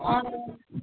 అవును